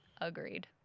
agreed